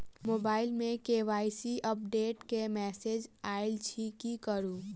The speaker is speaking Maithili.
मोबाइल मे के.वाई.सी अपडेट केँ मैसेज आइल अछि की करू?